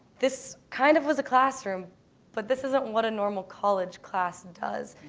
this kind of was a classroom but this isn't what a normal college class and does.